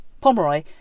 Pomeroy